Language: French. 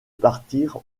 partir